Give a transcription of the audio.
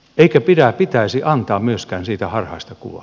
eikä pitäisi antaa myöskään siitä harhaista kuvaa